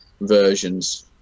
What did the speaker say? versions